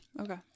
okay